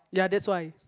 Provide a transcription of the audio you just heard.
ya that's why